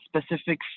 specific